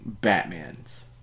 Batmans